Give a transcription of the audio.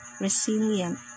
resilient